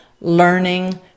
learning